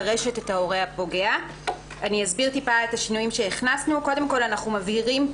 ניסיון לרצח של ההורה השני או של אחד מילדיו,